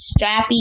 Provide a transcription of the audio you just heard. strappy